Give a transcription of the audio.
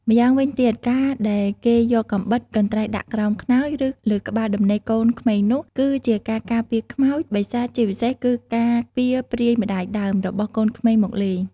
ម្យ៉ាងវិញទៀតការដែលគេយកកាំបិត កន្ត្រៃដាក់ក្រោមខ្នើយ ឬលើក្បាលដំណេកកូនក្មេងនោះ គឺជាការការពារខ្មោច បិសាចជាពិសេសគឺការពារព្រាយម្តាយដើម របស់កូនក្មេងមកលេង។